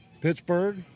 Pittsburgh